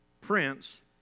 Prince